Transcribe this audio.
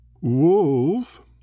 Wolf